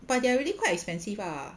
but they're already quite expensive ah